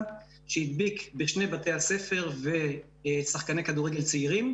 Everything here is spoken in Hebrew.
שהדביק בשני בתי הספר ואת שחקני כדורגל צעירים,